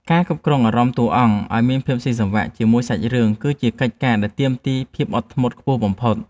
ការគ្រប់គ្រងអារម្មណ៍តួអង្គឱ្យមានភាពស៊ីសង្វាក់ជាមួយសាច់រឿងគឺជាកិច្ចការដែលទាមទារភាពអត់ធ្មត់ខ្ពស់បំផុត។